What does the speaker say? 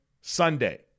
Sunday